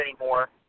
anymore